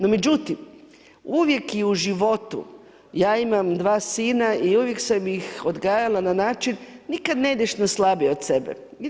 No, međutim, uvijek i u životu, ja imam dva sina i uvijek sam ih odgajala na način, nikad ne ideš na slabije od sebe.